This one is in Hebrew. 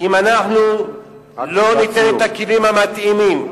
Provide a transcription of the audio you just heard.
אם אנחנו לא ניתן את הכלים המתאימים,